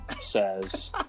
says